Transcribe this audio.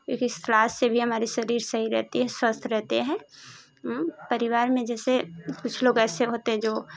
क्योंकि सलाद से भी हमारा शरीर सही रहते हैं स्वस्थ रहते हैं परिवार में जैसे कुछ लोग ऐसे होते हैं जो